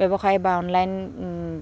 ব্যৱসায় বা অনলাইন